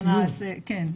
כן.